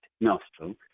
nostril